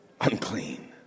unclean